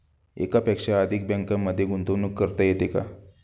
एकापेक्षा अधिक बँकांमध्ये गुंतवणूक करता येते का?